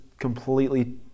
completely